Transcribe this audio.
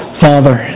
Father